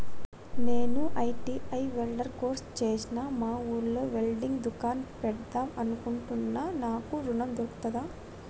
నేను ITI welder course చేశ్న మా ఊర్లో వెల్డింగ్ దుకాన్ పెడదాం అనుకుంటున్నా నాకు ఋణం దొర్కుతదా?